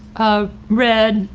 ah read